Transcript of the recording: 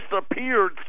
disappeared